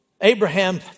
Abraham